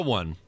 one